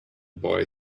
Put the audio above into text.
boy